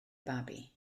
babi